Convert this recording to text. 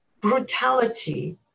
brutality